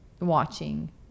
watching